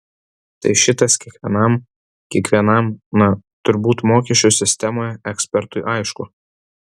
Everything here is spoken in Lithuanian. tai šitas kiekvienam kiekvienam na turbūt mokesčių sistemoje ekspertui aišku